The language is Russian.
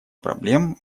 проблем